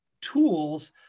tools